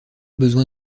besoin